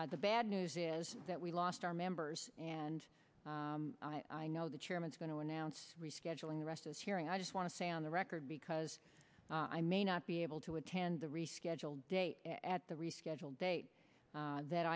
later the bad news is that we lost our members and i know the chairman's going to announce rescheduling the rest is hearing i just want to say on the record because i may not be able to attend the rescheduled date at the rescheduled date that